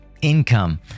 income